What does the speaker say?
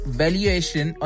valuation